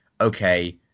okay